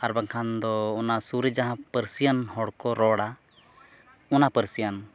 ᱟᱨᱵᱟᱝᱠᱷᱟᱱ ᱫᱚ ᱚᱱᱟ ᱥᱩᱨ ᱨᱮ ᱡᱟᱦᱟᱸ ᱯᱟᱹᱨᱥᱤᱭᱟᱱ ᱦᱚᱲ ᱠᱚ ᱨᱚᱲᱟ ᱚᱱᱟ ᱯᱟᱹᱨᱥᱤᱭᱟᱱ